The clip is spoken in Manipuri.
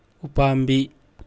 ꯎꯄꯥꯝꯕꯤ